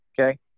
okay